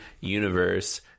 universe